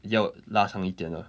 要拉上一点 lah